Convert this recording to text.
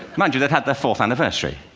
mind you, they'd had their fourth anniversary,